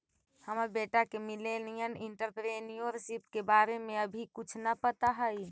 हमर बेटा के मिलेनियल एंटेरप्रेन्योरशिप के बारे में अभी कुछो न पता हई